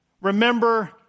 Remember